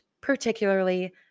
particularly